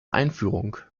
einführung